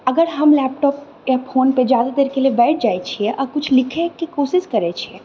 अगर हम लैपटॉप या फोन पर जादा देरके लिअऽ बैठि जाइत छिऐ आ किछु लिखएके कोशिश करैत छिऐ